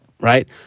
right